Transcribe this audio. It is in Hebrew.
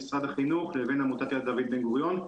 משרד החינוך לבין עמותת "יד דוד בן גוריון".